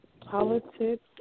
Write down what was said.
politics